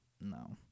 No